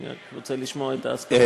אני רק רוצה לשמוע את ההסכמה.